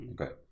okay